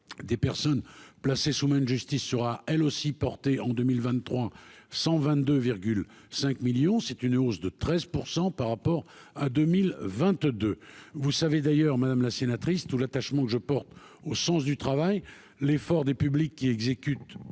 des personnes placées sous main de justice sera elle aussi portée en 2023 122,5 millions c'est une hausse de 13 % par rapport à 2022, vous savez d'ailleurs madame la sénatrice tout l'attachement que je porte au sens du travail l'effort des publics qui exécute